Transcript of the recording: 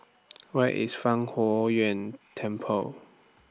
Where IS Fang Huo Yuan Temple